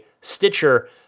Stitcher